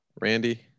Randy